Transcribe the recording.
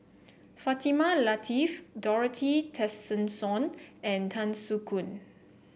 Fatimah Lateef Dorothy Tessensohn and Tan Soo Khoon